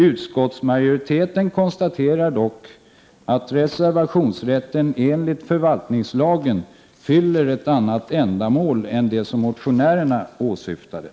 Utskottsmajoriteten konstaterar dock att reservationsrätten enligt förvaltningslagen fyller ett annat ändamål än det som motionärerna åsyftade.